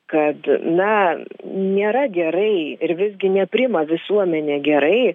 kad na nėra gerai ir visgi nepriima visuomenė gerai